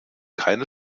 keine